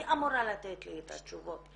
היא אמורה לתת לי את התשובות,